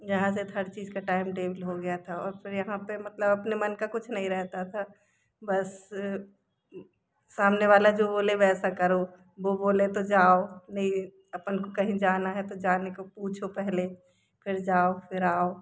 यहाँ से तो हर चीज़ का टाइमटेबल हो गया था और फिर यहाँ पर मतलब अपने मन का कुछ नहीं रहता था बस सामने वाला जो बोले वैसा करो वह बोले तो जाओ नहीं अपन को कहीं जाना है तो जाने को पूछो पहले फिर जाओ फिर आओ